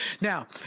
Now